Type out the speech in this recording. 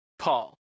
paul